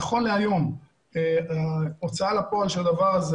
נכון להיום ההוצאה לפועל של הדבר הזה